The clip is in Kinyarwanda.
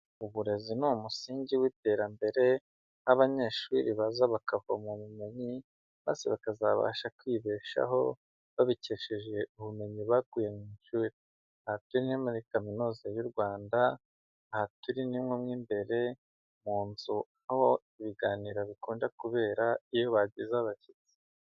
Uburezi ni umusingi w'iterambere, nk'abanyeshuri baza bakavoma ubumenyi maze bakazabasha kwibeshaho babikesheje ubumenyi bakuye mu ishuri. Aha turi ni muri kaminuza y'u Rwanda, aha turi ni nko mo imbere mu nzu aho ibiganiro bikunda kubera iyo bagize abashyitsi.